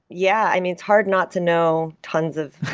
yeah. i mean, it's hard not to know tons of